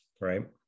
right